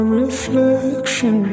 reflection